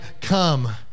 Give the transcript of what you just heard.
come